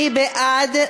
מי בעד?